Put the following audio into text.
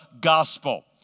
gospel